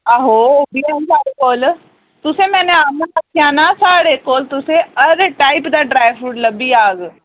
आहो ओह् बी ऐ साढ़े कोल तुसें आना तुसें साढ़े कोल तुसें हर टाइप दा ड्राई फ्रूट लब्भी जाह्ग